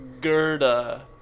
Gerda